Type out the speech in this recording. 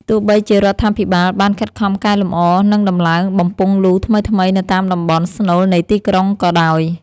ទោះបីជារដ្ឋាភិបាលបានខិតខំកែលម្អ និងដំឡើងបំពង់លូថ្មីៗនៅតាមតំបន់ស្នូលនៃទីក្រុងក៏ដោយ។